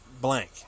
blank